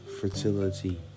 fertility